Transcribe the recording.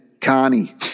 Carney